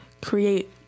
create